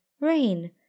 rain